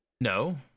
No